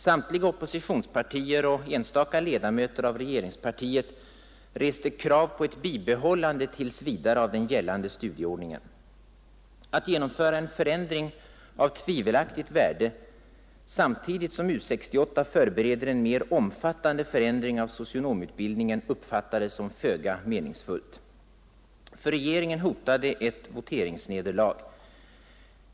Samtliga oppositionspartier och enstaka ledamöter av regeringspartiet reste krav på ett bibehållande tills vidare av den gällande studieordningen. Att genomföra en förändring av tvivelaktigt värde samtidigt som U 68 förbereder en mer omfattande förändring av socionomutbildningen uppfattades som föga meningsfullt. För regeringen hotade ett voteringsnederlag.